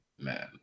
Man